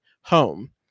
home